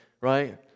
right